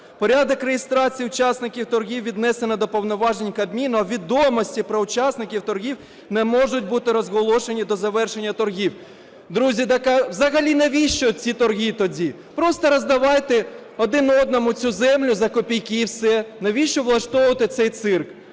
Порядок реєстрації учасників торгів віднесено до повноважень Кабміну, а відомості про учасників торгів не можуть бути розголошені до завершення торгів. Друзі, так взагалі навіщо ці торги тоді? Просто роздавайте один одному цю землю за копійки і все. Навіщо влаштовувати цей цирк?